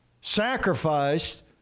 sacrificed